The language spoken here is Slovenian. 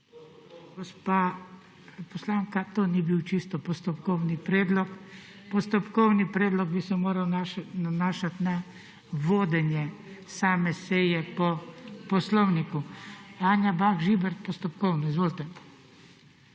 Gospa poslanka, to ni bil čisto postopkovni predlog. Postopkovni predlog bi se moral nanašati na vodenje same seje po poslovniku. Anja Bah Žibert, postopkovno, izvolite.